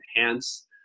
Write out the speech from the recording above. enhance